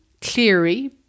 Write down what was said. Cleary